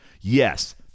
yes